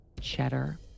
cheddar